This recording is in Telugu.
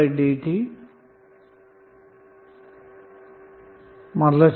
png httpstranslate